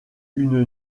une